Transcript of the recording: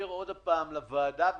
מזכיר עוד הפעם לוועדה ולפרוטוקול: